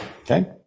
Okay